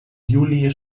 juli